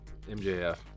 MJF